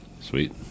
Sweet